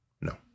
No